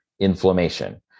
inflammation